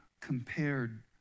compared